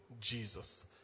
Jesus